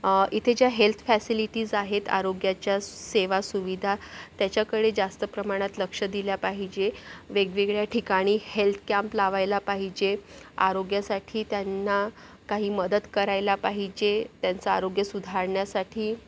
इथे ज्या health facilities आहेत आरोग्याच्या सेवासुविधा त्याच्याकडे जास्त प्रमाणात लक्ष दिल्या पाहिजे वेगवेगळ्या ठिकाणी हेल्थ कॅम्प लावायला पाहिजे आरोग्यासाठी त्यांना काही मदत करायला पाहिजे त्यांचं आरोग्य सुधारण्यासाठी